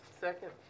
second